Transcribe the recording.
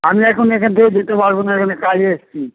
আমি এখন এখান থেকে দিতে পারব না এখানে কাজে এসছি